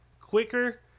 quicker